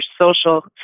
social